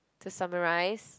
to summarise